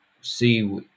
see